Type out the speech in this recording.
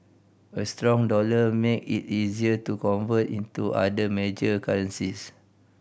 a strong dollar makes it easier to convert into other major currencies